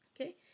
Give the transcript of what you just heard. Okay